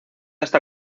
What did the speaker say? está